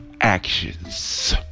actions